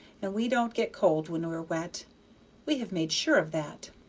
and we don't get cold when we're wet we have made sure of that.